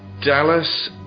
Dallas